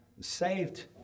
saved